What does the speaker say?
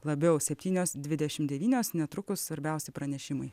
labiau septynios dvidešimt devynios netrukus svarbiausi pranešimai